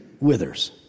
withers